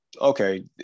Okay